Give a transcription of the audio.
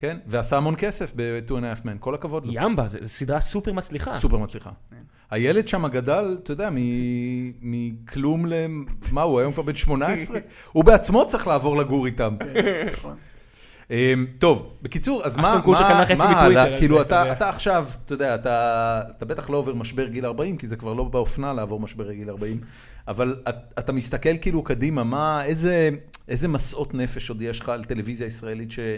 כן? ועשה המון כסף ב-Two and A Half Men, כל הכבוד. ימבה, זה סדרה סופר מצליחה. סופר מצליחה. הילד שם הגדל, אתה יודע, מכלום למ... מה, הוא היום כבר בן 18? הוא בעצמו צריך לעבור לגור איתם. טוב, בקיצור, אז מה... אמרו שקנה חצי ביטוי. כאילו, אתה עכשיו, אתה יודע, אתה בטח לא עובר משבר גיל 40, כי זה כבר לא באופנה לעבור משבר גיל 40, אבל אתה מסתכל כאילו קדימה, איזה משאות נפש עוד יש לטלוויזיה הישראלית ש...